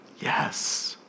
Yes